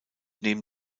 neben